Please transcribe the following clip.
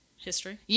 history